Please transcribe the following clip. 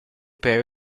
per